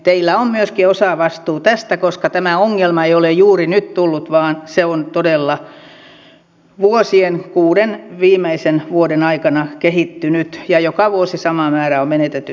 teillä on myöskin osavastuu tästä koska tämä ongelma ei ole juuri nyt tullut vaan se on todella vuosien kuuden viimeisen vuoden aikana kehittynyt ja joka vuosi sama määrä on menetetty tuloja